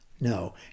No